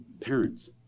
parents